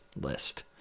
list